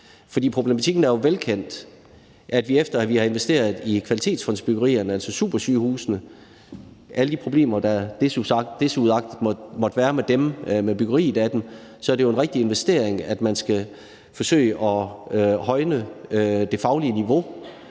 For problematikken er jo velkendt, efter at vi har investeret i kvalitetsfondsbyggerierne, altså supersygehusene; desuagtet alle de problemer, der måtte være med dem og med byggeriet af dem, er det en rigtig investering, at man skal forsøge at højne det faglige niveau